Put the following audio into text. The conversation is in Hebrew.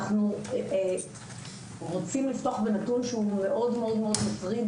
אנחנו רוצים לפתוח בנתון שהוא מאוד מאוד מטריד